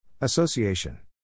Association